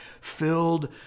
filled